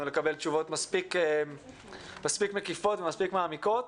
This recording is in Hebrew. לקבל תשובות מספיק מקיפות ומעמיקות.